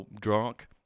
drunk